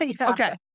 Okay